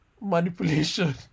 manipulation